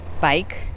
bike